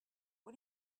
who